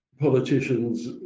politicians